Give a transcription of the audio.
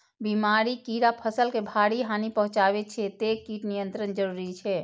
बीमारी, कीड़ा फसल के भारी हानि पहुंचाबै छै, तें कीट नियंत्रण जरूरी छै